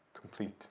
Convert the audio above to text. complete